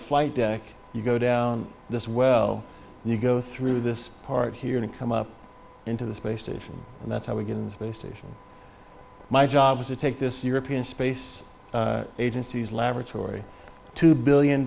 the flight deck you go down this well and you go through this part here and come up into the space station and that's how we get in the space station my job is to take this european space agency's laboratory two billion